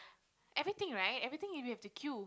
everything right everything you will have to queue